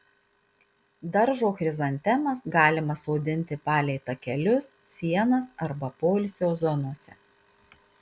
daržo chrizantemas galima sodinti palei takelius sienas arba poilsio zonose